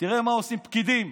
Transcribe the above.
ותראה מה עושים פקידים: